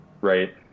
right